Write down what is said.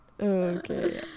Okay